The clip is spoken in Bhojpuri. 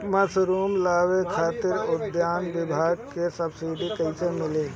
मशरूम लगावे खातिर उद्यान विभाग से सब्सिडी कैसे मिली?